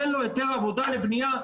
תן לו היתר עבודה לבניה,